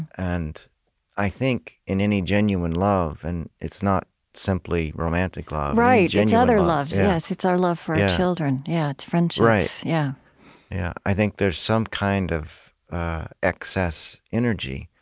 and i think, in any genuine love and it's not simply romantic love, right, yeah it's other loves, yes. it's our love for our children. yeah it's friendships right, yeah yeah i think there's some kind of excess energy.